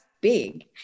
big